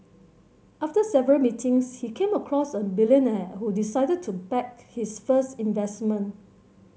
after several meetings he came across a billionaire who decided to back his first investment